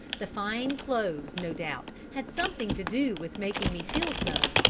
the fine clothes, no doubt, had something to do with making me feel so,